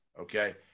Okay